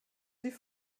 sie